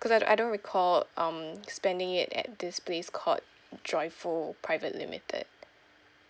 cause I do~ I don't recall um spending it at this place called joyful private limited